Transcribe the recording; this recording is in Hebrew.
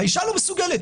האישה לא מסוגלת,